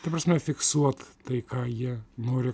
ta prasme fiksuot tai ką jie nori